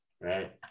right